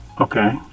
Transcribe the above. okay